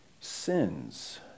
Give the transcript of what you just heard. sins